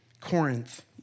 Corinth